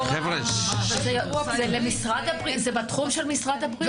זה בתחום של משרד הבריאות.